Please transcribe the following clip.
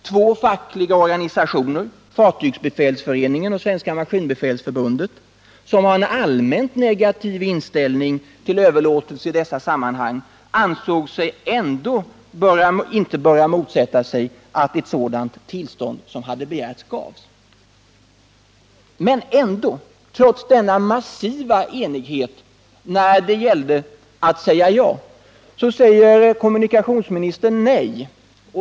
Två fackliga organisationer, Sveriges fartygsbefälsförening och Svenska maskinbefälsförbundet, som har en allmänt negativ inställning till överlåtelser i dessa sammanhang, ansåg sig ändå inte böra motsätta sig att ett sådant tillstånd som hade begärts gavs. Men ändå, trots denna massiva enighet när det gällde att säga ja, sade kommunikationsministern nej.